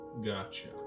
Gotcha